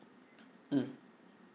mm